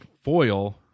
foil